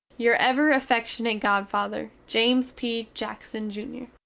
your ever affeckshunate godfather, james p. jackson jr.